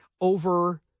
over